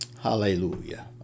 Hallelujah